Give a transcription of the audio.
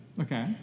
Okay